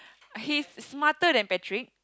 he's smarter than Patrick